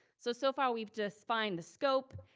so so far we've just defined the scope,